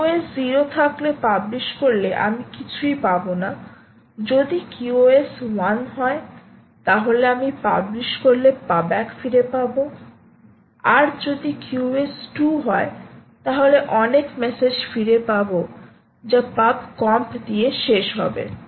QoS 0 থাকলে publish করলে আমি কিছুই পাবো না যদি QoS 1 হয় তাহলে আমি পাবলিশ করলে puback ফিরে পাবো আর যদি QoS 2 হয় তাহলে অনেক মেসেজ ফিরে পাবো যা pub comp দিয়ে শেষ হবে